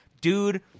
Dude